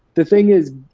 the thing is,